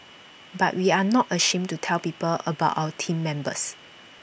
but we are not ashamed to tell people about our Team Members